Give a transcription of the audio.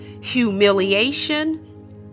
humiliation